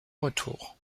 retour